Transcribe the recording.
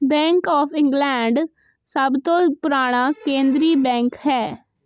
bank of England ਸਭ ਤੋਂ ਪੁਰਾਣਾ ਕੇਂਦਰੀ ਬੈਂਕ ਹੈ